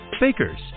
Bakers